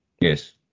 Yes